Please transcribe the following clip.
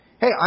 Hey